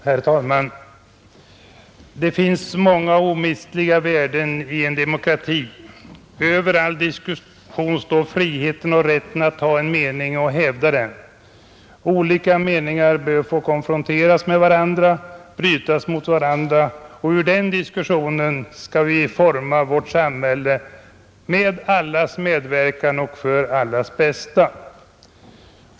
Herr talman! Det finns många omistliga värden i en demokrati. Över all diskussion står friheten och rätten att ha en mening och hävda den. Olika meningar bör få konfronteras med varandra, brytas mot varandra och ur den diskussionen skall vi forma vårt samhälle under allas medverkan och för allas bästa.